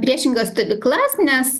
priešingas stovyklas nes